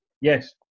Yes